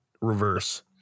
reverse